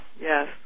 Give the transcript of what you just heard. Yes